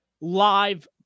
Live